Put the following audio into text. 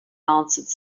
answered